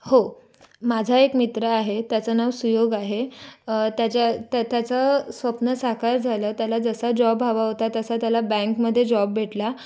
हो माझा एक मित्र आहे त्याचं नाव सुयोग आहे त्याच्या त्याचं स्वप्न साकार झालं त्याला जसा जॉब हवा होता तसा त्याला बँकमध्ये जॉब भेटला